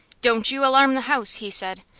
don't you alarm the house, he said,